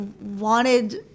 wanted